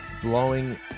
blowing